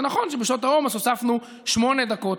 זה נכון שבשעות העומס הוספנו 8 דקות,